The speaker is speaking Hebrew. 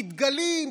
כי דגלים,